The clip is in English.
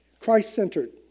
Christ-centered